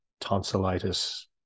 tonsillitis